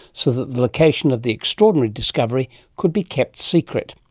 so that the location of the extraordinary discovery could be kept secret.